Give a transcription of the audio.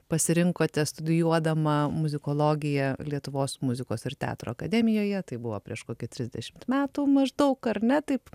pasirinkote studijuodama muzikologiją lietuvos muzikos ir teatro akademijoje tai buvo prieš kokį trisdešimt metų maždaug ar ne taip